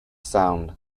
sound